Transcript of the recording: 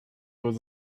was